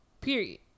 Period